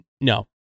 No